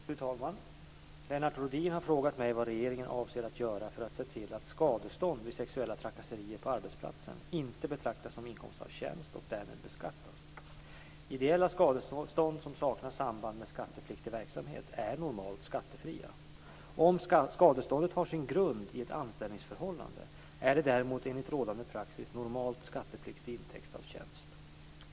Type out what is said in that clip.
Fru talman! Lennart Rohdin har frågat mig vad regeringen avser att göra för att se till att skadestånd vid sexuella trakasserier på arbetsplatsen inte betraktas som inkomst av tjänst och därmed beskattas. Ideella skadestånd som saknar samband med skattepliktig verksamhet är normalt skattefria. Om skadeståndet har sin grund i ett anställningsförhållande är det däremot enligt rådande praxis normalt skattepliktig intäkt av tjänst.